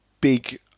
big